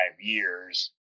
years